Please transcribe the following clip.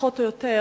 פחות או יותר,